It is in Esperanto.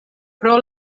pro